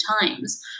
times